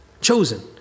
Chosen